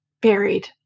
buried